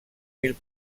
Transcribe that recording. mil